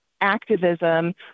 activism